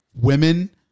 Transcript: Women